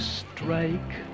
strike